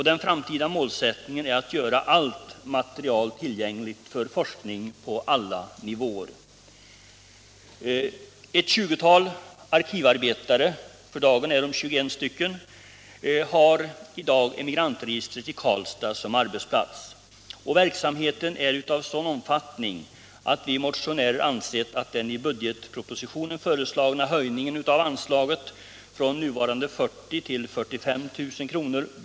Den framtida målsättningen är att göra allt material tillgängligt för forskning på alla nivåer. Ett tjugotal arkivarbetare — för dagen 21 st. — har Emigrantregistret i Karlstad som arbetsplats. Verksamheten är av sådan omfattning att vi motionärer ansett att den i budgetpropositionen föreslagna höjningen av anslaget från nuvarande 40 000 till 45 000 kr.